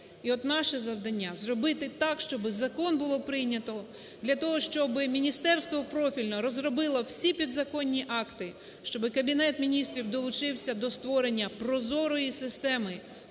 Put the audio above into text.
І от наше завдання – зробити так, щоби закон було прийнято, для того, щоби міністерство профільне розробило всі підзаконні акти, щоби Кабінет Міністрів долучився до створення прозорої системи